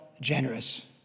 generous